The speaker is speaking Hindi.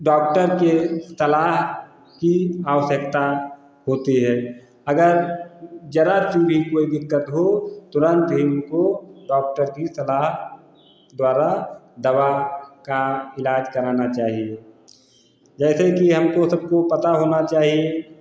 डॉक्टर के सलाह की आवश्यकता होती है अगर ज़रा सी भी कोई दिक्कत हो तुरंत ही इनको डॉक्टर की सलाह द्वारा दवा का इलाज़ कराना चाहिए जैसे कि हमको सबको पता होना चाहिए